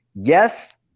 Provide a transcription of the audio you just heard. yes